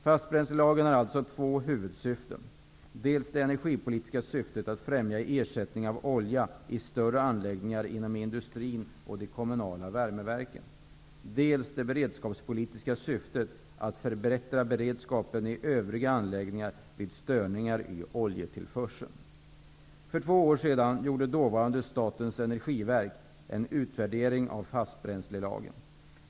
Fastbränslelagen har alltså två huvudsyften: dels det energipolitiska syftet att främja ersättning av olja i större anläggningar inom industrin och de kommunala värmeverken, dels det beredskapspolitiska syftet att förbättra beredskapen i övriga anläggningar vid störningar i oljetillförseln. För två år sedan gjorde dåvarande Statens energiverk en utvärdering av fastbränslelagen.